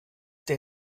der